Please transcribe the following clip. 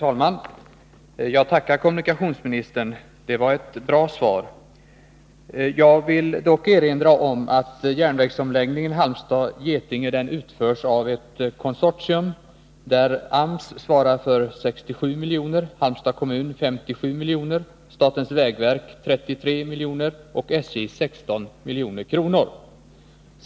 av bröstmjölkser Herr talman! Jag tackar kommunikationsministern. Det var ett bra sättning Jag vill dock erinra om att omläggningen av järnvägen mellan Halmstad och Getinge utförs av ett konsortium, där AMS svarar för 67, Halmstads kommun för 57, statens vägverk för 33 och SJ för 16 milj.kr.